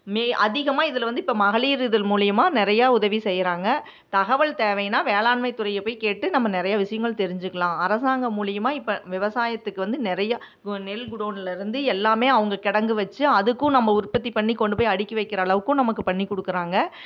மே அதிகமாக இதில் வந்து இப்போ மகளிர் இதில் மூலயுமா நிறையா உதவி செய்கிறாங்க தகவல் தேவையினால் வேளாண்மைத்துறையை போய் கேட்டு நம்ம நிறைய விஷயங்கள் தெரிஞ்சுக்கலாம் அரசாங்கம் மூலயுமா இப்போ விவசாயத்துக்கு வந்து நிறைய கு நெல் குடோன்லேருந்து எல்லாமே அவங்க கிடங்கு வெச்சு அதுக்கும் நம்ம உற்பத்தி பண்ணி கொண்டு போய் அடுக்கி வைக்கிற அளவுக்கும் நமக்கு பண்ணிக் கொடுக்குறாங்க